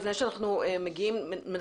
אני חושב שהתדירות צריכה להיות כל שלושה חודשים,